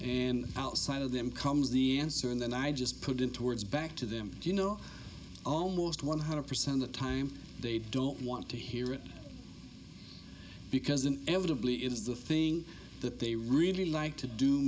and outside of them comes the answer and then i just put into words back to them you know almost one hundred percent the time they don't want to hear it because an evidently is the thing that they really like to do